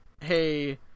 hey